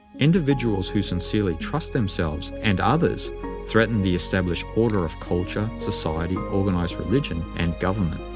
individuals who sincerely trust themselves and others threaten the established order of culture, society, organized religion, and government.